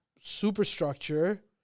superstructure